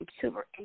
super